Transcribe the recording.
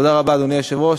תודה רבה, אדוני היושב-ראש.